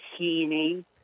Heaney